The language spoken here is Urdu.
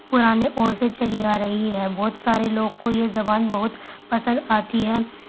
پُرانے اور سے چلی آ رہی ہے بہت سارے لوگ کو یہ زبان بہت پسند آتی ہے